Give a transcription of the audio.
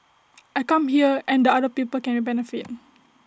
I come here and other people can benefit